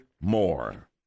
more